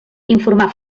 informar